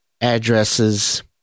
Addresses